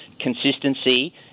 consistency –